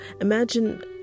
imagine